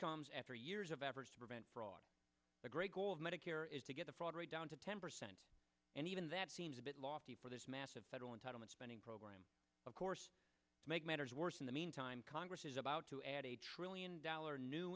comes after years of efforts to prevent fraud the great goal of medicare is to get the fraud rate down to ten percent and even that seems a bit lofty for this massive federal entitlement spending program of course to make matters worse in the meantime congress is about to add a trillion dollar new